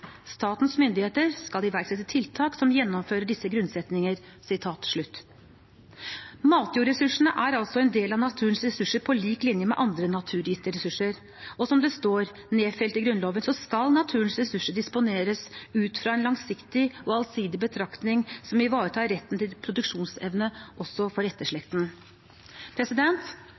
Statens myndigheter skal iverksette tiltak som gjennomfører disse grunnsetninger.» Matjordressursene er altså en del av naturens ressurser på lik linje med andre naturgitte ressurser. Som det står nedfelt i Grunnloven, skal naturens ressurser disponeres ut fra en langsiktig og allsidig betraktning som ivaretar retten til produksjonsevne også for